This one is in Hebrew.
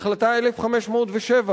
החלטה 1507,